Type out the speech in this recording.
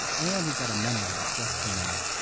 and he's got a memoir that just came out,